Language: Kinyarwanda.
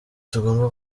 tugomba